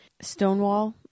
Stonewall